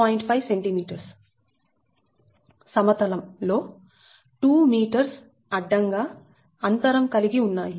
5cm సమతలం లో 2m అడ్డంగా అంతరం కలిగి ఉన్నాయి